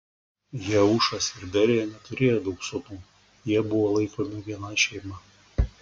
jeušas ir berija neturėjo daug sūnų jie buvo laikomi viena šeima